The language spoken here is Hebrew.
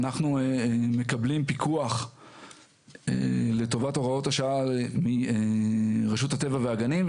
אנחנו מקבלים פיקוח לטובת הוראות השעה מרשות הטבע והגנים.